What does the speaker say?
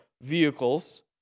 vehicles